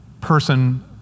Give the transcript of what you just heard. person